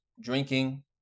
drinking